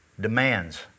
demands